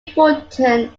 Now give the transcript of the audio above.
important